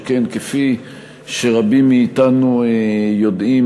שכן כפי שרבים מאתנו יודעים,